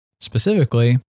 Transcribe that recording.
specifically